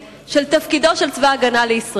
היא אמירה מוסרית וערכית על תפקידו של צבא-הגנה לישראל.